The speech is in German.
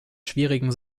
schwierigen